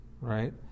right